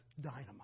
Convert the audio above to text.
dynamite